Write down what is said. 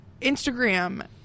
Instagram